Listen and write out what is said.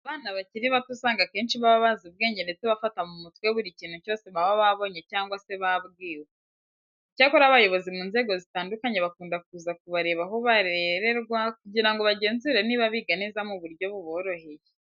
Abana bakiri bato usanga akenshi baba bazi ubwenge ndetse bafata mu mutwe buri kintu cyose baba babonye cyangwa se babwiwe. Icyakora abayobozi mu nzego zitandukanye bakunda kuza kubareba aho barererwa kugira ngo bagenzure niba biga neza mu buryo buboroheye.